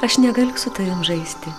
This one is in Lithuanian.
aš negaliu su tavim žaisti